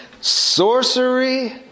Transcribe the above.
Sorcery